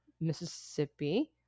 Mississippi